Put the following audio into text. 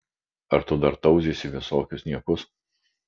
ar tu dar tauzysi visokius niekus